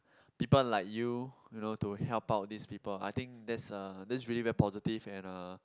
people like you you know to help out these people I think that's uh that's really very positive and uh